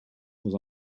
was